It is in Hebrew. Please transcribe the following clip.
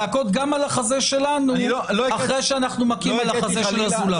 להכות גם על החזה שלנו אחרי שאנחנו מכים על החזה של הזולת.